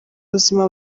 buzima